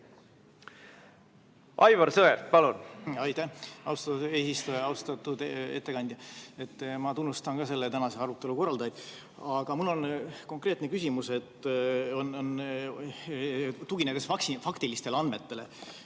Aivar Sõerd, palun!